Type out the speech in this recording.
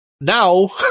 Now